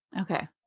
Okay